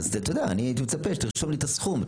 הייתי מצפה שתרשום לי את הסכום.